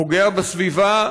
פוגע בסביבה,